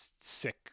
Sick